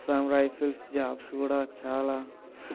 sun rifles jobs కూడా చాలా